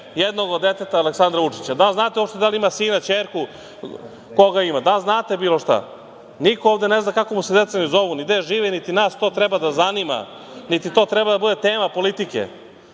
jednog od deteta Alekslanda Vučića? Da li znate uopšte da li ima sina, ćerku, koga ima? Da li znate bilo šta? Niko ovde ne zna ovde kako mu se deca zovu, ni gde žive, niti nas to treba da zanima, niti to treba da bude tema politike?